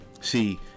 See